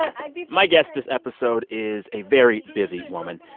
i'd be. my guest this episode is a very busy woman.